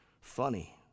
funny